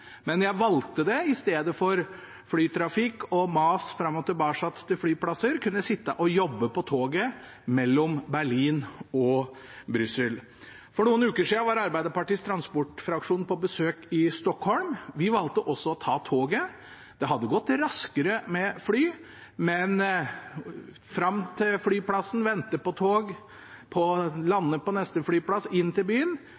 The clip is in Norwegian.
men jeg valgte det i stedet for flytrafikk og mas fram og tilbake til flyplasser, og kunne sitte og jobbe på toget mellom Berlin og Brussel. For noen uker siden var Arbeiderpartiets transportfraksjon på besøk i Stockholm. Vi valgte også å ta toget. Det hadde gått raskere med fly, men man må reise til flyplassen, vente på tog, lande på neste flyplass og så inn til byen.